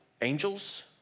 Angels